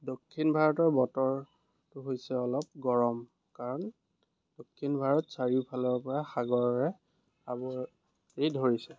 দক্ষিণ ভাৰতৰ বতৰ হৈছে অলপ গৰম কাৰণ দক্ষিণ ভাৰত চাৰিওফালৰ পৰা সাগৰেৰে আৱৰি ধৰিছে